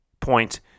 point